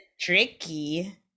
tricky